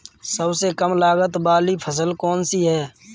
सबसे कम लागत वाली फसल कौन सी है?